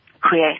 create